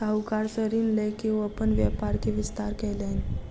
साहूकार सॅ ऋण लय के ओ अपन व्यापार के विस्तार कयलैन